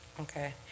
Okay